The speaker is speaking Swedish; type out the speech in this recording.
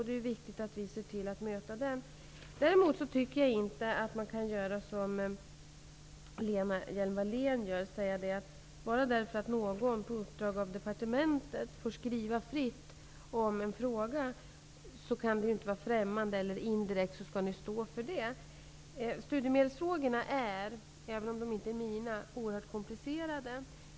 Det är viktigt att vi ser till att möta den. Däremot tycker jag inte att man som Lena Hjelm Wallén gör kan säga att bara därför att någon på uppdrag av departementet får skriva fritt om en fråga så skall regeringen indirekt stå för denna persons åsikter. Studiemedelsfrågorna är -- de är inte mitt ansvarsområde -- oerhört komplicerade.